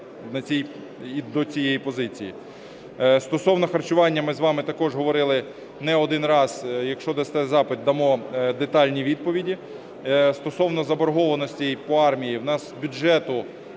Стосовно харчування. Ми з вами також говорили не один раз, якщо дасте запит, дамо детальні відповіді. Стосовно заборгованості по армії. У нас бюджету,